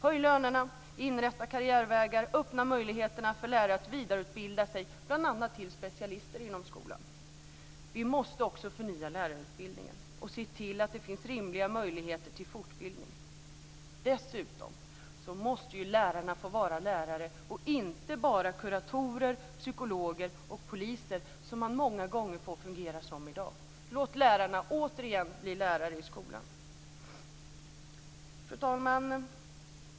Höj lönerna, inrätta karriärvägar, öppna möjligheterna för lärare att vidareutbilda sig bl.a. till specialister inom skolan! Vi måste också förnya lärarutbildningen och se till att det finns rimliga möjligheter till fortbildning. Dessutom måste lärarna få vara lärare och inte bara kuratorer, psykologer och poliser som de många gånger får fungera som i dag. Låt lärarna återigen bli lärare i skolan! Fru talman!